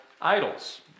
idols